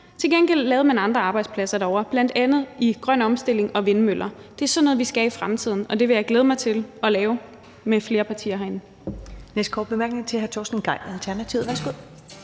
Til gengæld lavede man andre arbejdspladser derovre, bl.a. med udgangspunkt i grøn omstilling og vindmøller. Det er sådan noget, vi skal i fremtiden, og det vil jeg glæde mig til at lave med flere partier herinde.